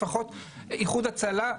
לפחות איחוד הצלה,